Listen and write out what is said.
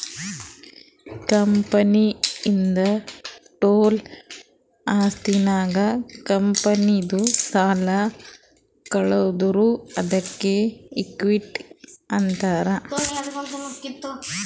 ಕಂಪನಿದು ಟೋಟಲ್ ಆಸ್ತಿನಾಗ್ ಕಂಪನಿದು ಸಾಲ ಕಳದುರ್ ಅದ್ಕೆ ಇಕ್ವಿಟಿ ಅಂತಾರ್